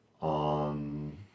on